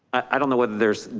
i don't know whether there's,